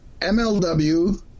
mlw